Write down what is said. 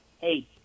hey